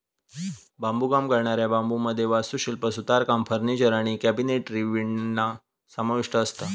बांबुकाम करणाऱ्या बांबुमध्ये वास्तुशिल्प, सुतारकाम, फर्निचर आणि कॅबिनेटरी विणणा समाविष्ठ असता